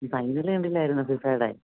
നീ ഫൈനൽ കണ്ടില്ലായിരുന്നോ ഫിഫായുടെ